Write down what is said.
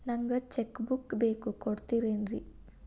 ನಂಗ cheque book ಬೇಕು ಕೊಡ್ತಿರೇನ್ರಿ?